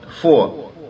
four